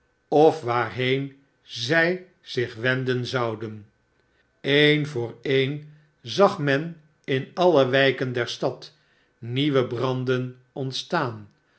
of waarheen zij zich wenden zouden een voor een zag men in alle wijken der stad nieuwe branden ontstaan